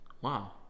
Wow